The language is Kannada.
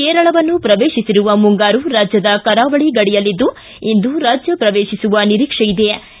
ಕೇರಳವನ್ನು ಪ್ರವೇಶಿಸಿರುವ ಮುಂಗಾರು ರಾಜ್ಯದ ಕರಾವಳಿ ಗಡಿಯಲ್ಲಿದ್ದು ಇಂದು ರಾಜ್ಯ ಪ್ರವೇಶಿಸುವ ನಿರೀಕ್ಷೆ ಹೊಂದಲಾಗಿದೆ